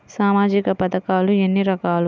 సామాజిక పథకాలు ఎన్ని రకాలు?